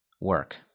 work